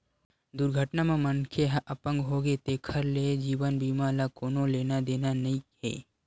दुरघटना म मनखे ह अपंग होगे तेखर ले जीवन बीमा ल कोनो लेना देना नइ हे